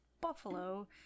Buffalo